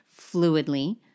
fluidly